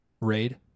Raid